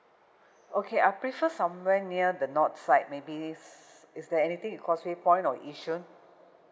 okay I prefer somewhere near the north side maybe s~ is there anything in causeway point or yishun